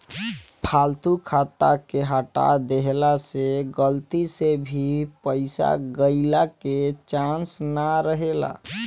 फालतू खाता के हटा देहला से गलती से भी पईसा गईला के चांस ना रहेला